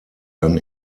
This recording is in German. dann